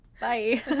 Bye